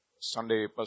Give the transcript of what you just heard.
Sunday